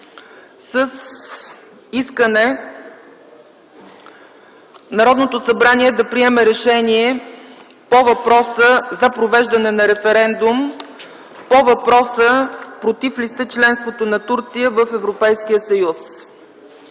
с искане Народното събрание да приеме решение по въпроса за провеждане на референдум: „Против ли сте членството на Турция в Европейския съюз”.